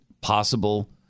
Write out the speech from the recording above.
possible